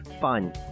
fun